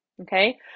Okay